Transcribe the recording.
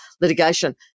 litigation